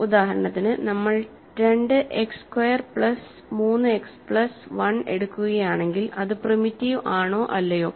ഉദാഹരണത്തിന്നമ്മൾ 2 x square plus 3 x plus 1 എടുക്കുകയാണെങ്കിൽ അത് primitive ആണോ അല്ലയോ